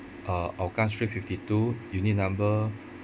uh hougang street fifty two unit number